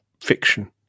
fiction